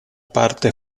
parte